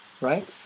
right